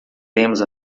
iremos